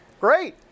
Great